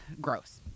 gross